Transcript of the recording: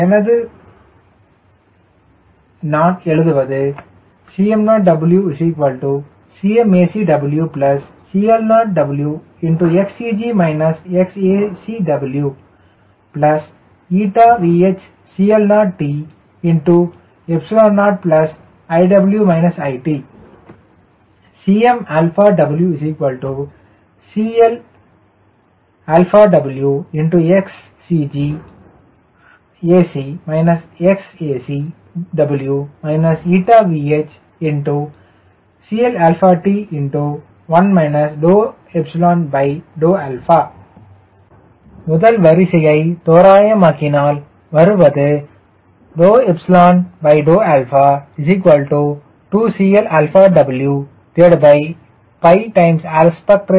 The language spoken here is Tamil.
எனது நான் எழுதுவது W W CL0WXCGac XacW ηVHCLt0 iw it W CLW XCGac XacW ηVHCLt1 ∂∂ முதல் வரிசை தோராயமாக்கல் வருவது ∂∂2CLWπARe இதன் மதிப்பு தோராயமாக 0